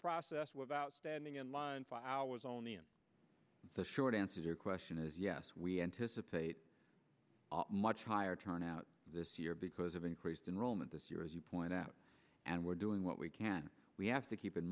process without standing in line for hours only and the short answer your question is yes we anticipate a much higher turnout this year because of increased enrollment this year as you point out and we're doing what we can we have to keep in